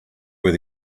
were